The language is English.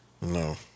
No